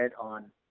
on